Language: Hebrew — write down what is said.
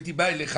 הייתי בא אליך,